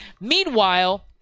Meanwhile